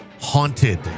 haunted